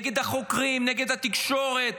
נגד החוקרים, נגד התקשורת,